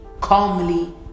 calmly